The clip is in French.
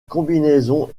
combinaison